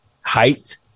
height